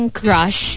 crush